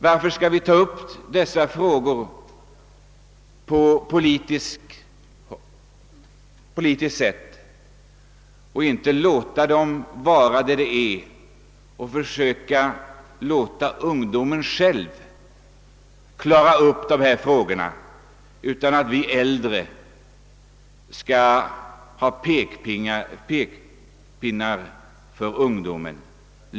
Varför skall vi ta upp dessa frågor på politiskt sätt och inte låta dem vara vad de är, låta ungdomen själv klara upp frågorna utan att vi äldre skall komma med pekpinnar för ungdomen?